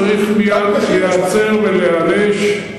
שצריך מייד להיעצר ולהיענש.